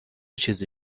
چیزی